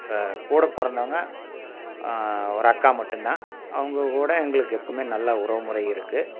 கூடப்புறந்தவங்க ஒரு அக்கா மட்டும்தான் அவங்க கூட எங்களுக்கு எப்பவும் நல்ல உறவுமுறை இருக்குது